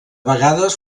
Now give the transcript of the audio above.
vegades